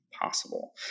possible